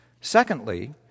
Secondly